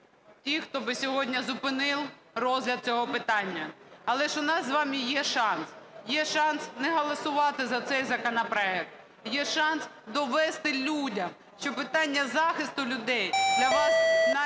тих, хто би сьогодні зупинив розгляд цього питання. Але ж у нас з вами є шанс, є шанс не голосувати за цей законопроект, є шанс довести людям, що питання захисту людей для вас найголовніше,